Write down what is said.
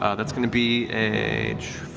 ah that's going to be a